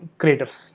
creators